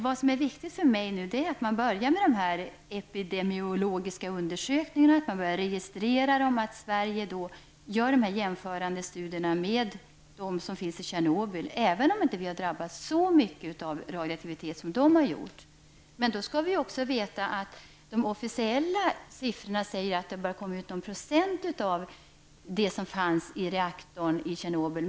För mig är det viktigt att man börjar med de epidemiologiska undersökningarna, att det blir en registrering och att man i Sverige jämför med de studier som görs i Tjernobyl, även om vi inte har drabbats så mycket av radioaktivitet som människorna där. Då skall vi veta att det enligt de officiella siffrorna bara har kommit ut någon procent av det som fanns i reaktorn i Tjernobyl.